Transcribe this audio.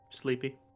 sleepy